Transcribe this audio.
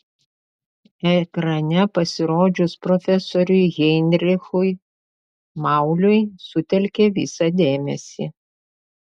ekrane pasirodžius profesoriui heinrichui mauliui sutelkė visą dėmesį